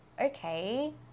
okay